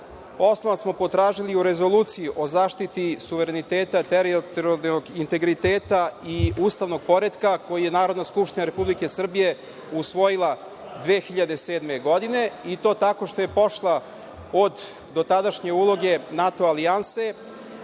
osnove smo potražili u Rezoluciji o zaštiti suvereniteta, teritorijalnog integriteta i ustavnog poretka, koji je Narodna skupština Republike Srbije usvojila 2007. godine, i to tako što je pošla od dotadašnje uloge NATO alijanse,